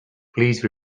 please